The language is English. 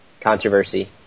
controversy